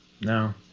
no